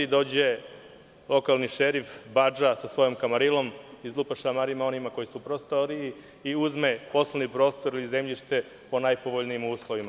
Dođe lokalni šerif, badža, sa svojom kamarilom, izlupa šamare onima koji su u prostoriji i uzme poslovni prostor ili zemljište po najpovoljnijim uslovima.